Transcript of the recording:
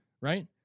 Right